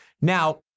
Now